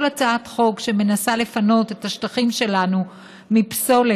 כל הצעת חוק שמנסה לפנות את השטחים שלנו מפסולת,